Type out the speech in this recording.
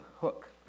hook